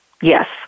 Yes